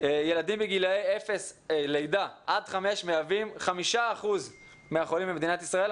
ילדים בגילאי לידה עד חמש מהווים 5% מן החולים במדינת ישראל,